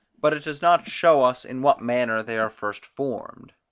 but it does not show us in what manner they are first formed.